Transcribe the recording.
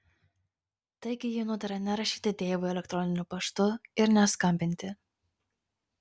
taigi ji nutarė nerašyti deivui elektroniniu paštu ir neskambinti